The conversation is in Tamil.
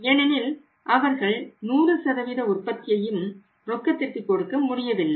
ஏனெனில் அவர்கள் 100 உற்பத்தியையும் ரொக்கத்திற்கு கொடுக்க முடியவில்லை